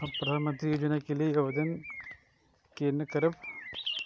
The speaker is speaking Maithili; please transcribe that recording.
हम प्रधानमंत्री योजना के लिये आवेदन केना करब?